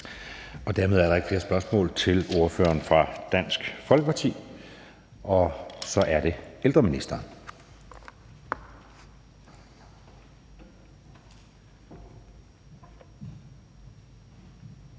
Dermed er der ikke flere spørgsmål til ordføreren fra Dansk Folkeparti. Så er det ældreministeren. Kl.